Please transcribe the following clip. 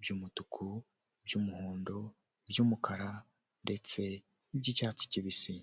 by'umutuku, by'umuhondo, by'umukara ndetse n'iby'icyatsi kibisi.